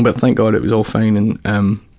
but thank god it was all fine. and um